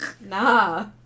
Nah